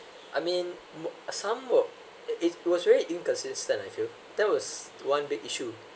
I mean mo~ some will it it was very inconsistent I feel that was one big issue